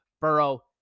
Burrow